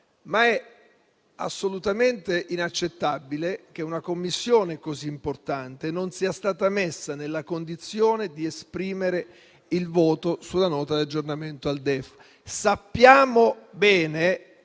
che è assolutamente inaccettabile che una Commissione così importante non sia stata messa nella condizione di esprimere il parere sulla Nota di aggiornamento al DEF. Sappiamo bene